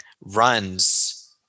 runs